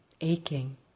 aching